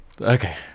okay